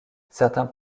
certains